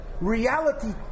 Reality